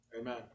Amen